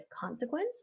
consequence